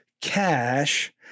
cash